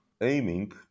aiming